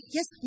Yes